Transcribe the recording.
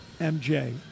MJ